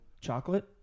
chocolate